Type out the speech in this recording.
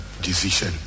decision